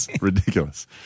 ridiculous